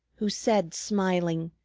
who said, smiling,